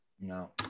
No